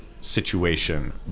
situation